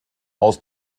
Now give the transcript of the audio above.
aus